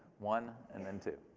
one, and then two,